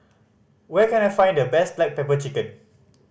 where can I find the best black pepper chicken